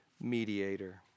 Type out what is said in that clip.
mediator